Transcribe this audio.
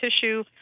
tissue